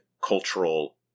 cultural